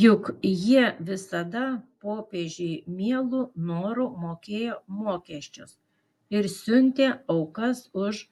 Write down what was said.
juk jie visada popiežiui mielu noru mokėjo mokesčius ir siuntė aukas už